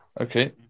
Okay